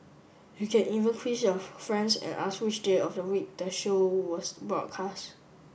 you can even quiz your friends and ask which day of the week the show was broadcast